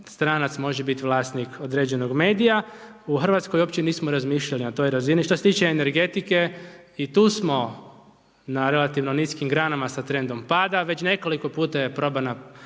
stranac može biti vlasnik određenog medija. U Hrvatskoj uopće nismo razmišljali na toj razini, što se tiče energetike i tu smo na relativno niskim granama sa trendom pada, već nekoliko puta je probana